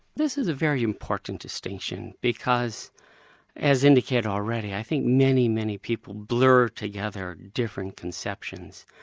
this is a very important distinction because as indicated already i think many, many people blur together different conceptions.